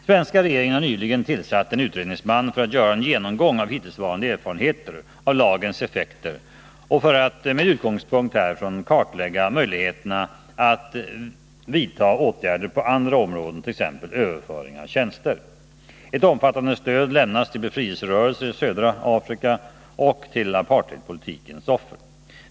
Svenska regeringen har nyligen tillsatt en utredningsman för att göra en genomgång av hittillsvarande erfarenheter av lagens effekter och för att med utgångspunkt härifrån kartlägga möjligheterna att vidta åtgärder på andra områden, t.ex. överföring av tjänster. Ett omfattande stöd lämnas till befrielserörelser i södra Afrika och till apartheidpolitikens offer.